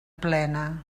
plena